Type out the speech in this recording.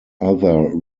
other